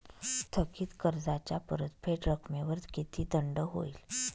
थकीत कर्जाच्या परतफेड रकमेवर किती दंड होईल?